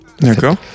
D'accord